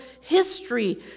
history